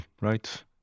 Right